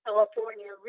California